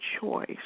choice